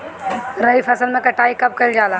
रबी फसल मे कटाई कब कइल जाला?